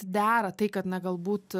dera tai kad na galbūt